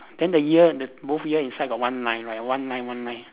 then the ear the both ear inside got one line right one line one line